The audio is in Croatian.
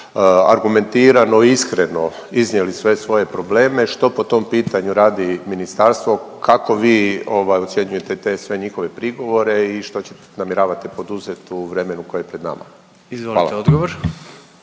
argumentirano i iskreno iznijeli sve svoje probleme. Što po tom pitanju radi ministarstvo, kako vi ovaj ocjenjujete te sve njihove prigovore i što ćete, namjeravate poduzet u vremenu koje je pred nama? Hvala.